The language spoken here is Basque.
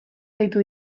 deitu